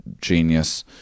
genius